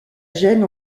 gênes